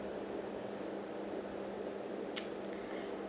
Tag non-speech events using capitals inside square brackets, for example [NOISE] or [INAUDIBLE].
[NOISE]